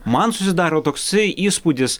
man susidaro toksai įspūdis